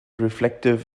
reflective